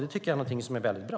Det tycker jag är mycket bra.